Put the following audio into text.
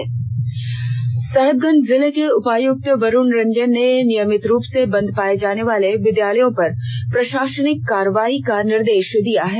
समीक्षा बैठक साहेबगंज जिले के उपायुक्त वरुण रंजन ने नियमित रूप से बंद पाये जाने वाले विद्यालयों पर प्रशासनिक कार्रवाई का निर्देश दिया है